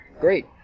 great